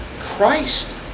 Christ